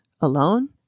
alone